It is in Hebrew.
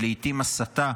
ולעיתים הסתה